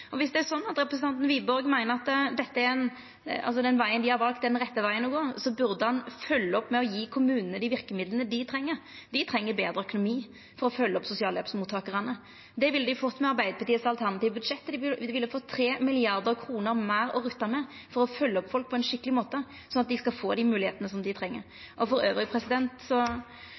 Viss representanten Wiborg meiner at den vegen dei har valt, er den rette vegen å gå, burde han følgja opp med å gi kommunane dei verkemidla dei treng. Dei treng betre økonomi for å følgja opp sosialhjelpsmottakarane. Det ville dei fått med Arbeidarpartiets alternative budsjett; dei ville fått 3 mrd. kr meir å rutta med for å følgja opp folk på ein skikkeleg måte – slik at folk skal få dei moglegheitene dei treng. Elles får både vanlege arbeidsfolk og